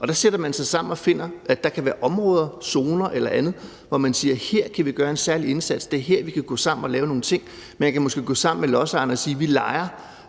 Der sætter man sig sammen og finder, at der kan være områder, zoner eller andet, hvor man siger: Her kan vi gøre en særlig indsats. Det er her, vi kan gå sammen og lave nogle ting. Man kan måske gå sammen med lodsejerne og sige: Vi forpagter